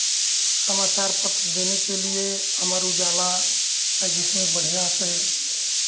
समाचार पत्र देने के लिए अमर उजाला है जिसमें बढ़ियाँ से